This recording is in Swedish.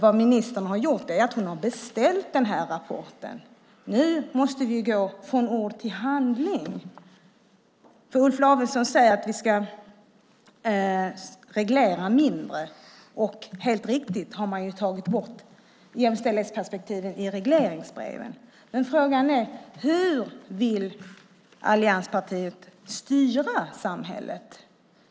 Vad ministern har gjort är att hon har beställt den här rapporten. Nu måste vi gå från ord till handling. Olof Lavesson säger att vi ska reglera mindre. Det är helt riktigt att man har tagit bort jämställdhetsperspektivet i regleringsbreven. Men frågan är: Hur vill allianspartierna styra samhället?